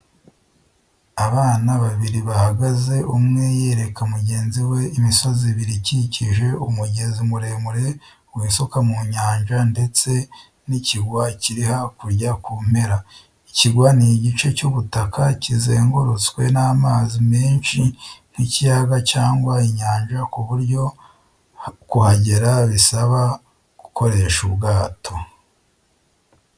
Abana babiri bahagaze umwe yereka mugenzi we imisozi ibiri ikikije umugezi muremure w'isuka mu nyanja ndetse n'ikirwa kiri hakurya ku mpera. Ikirwa ni igice cy'ubutaka kizengurutswe n'amazi menshi nk' ikiyaga cyangwa inyanja kuburyo kuhagera bisaba gukoresha ubwato.